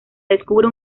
descubre